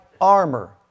armor